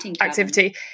activity